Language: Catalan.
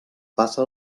passa